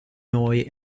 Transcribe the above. noi